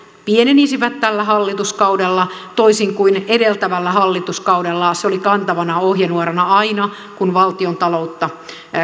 pienenisivät tällä hallituskaudella toisin kuin edeltävällä hallituskaudella se oli kantavana ohjenuorana aina kun valtiontaloutta